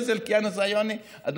יעני, הישות הציונית, נכון?